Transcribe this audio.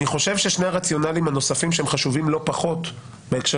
אני חושב ששני הרציונלים הנוספים שהם חשובים לא פחות בהקשר